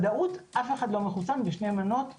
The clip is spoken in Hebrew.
אף אחד לא מחוסן בשתי מנות פוליו.